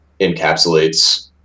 encapsulates